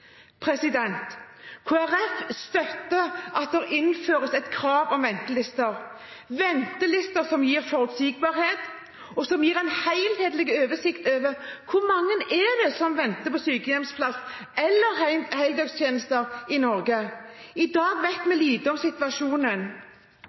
Kristelig Folkeparti støtter at det innføres et krav om ventelister. Ventelister gir forutsigbarhet og gir en helhetlig oversikt over hvor mange som venter på sykehjemsplass eller heldøgns tjenester i Norge. I dag vet